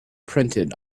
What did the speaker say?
printed